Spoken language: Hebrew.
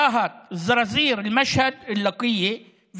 רהט, זרזיר, משהד, לקיה,